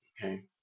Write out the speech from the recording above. okay